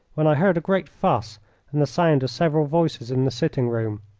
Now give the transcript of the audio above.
when i heard a great fuss and the sound of several voices in the sitting-room.